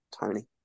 tony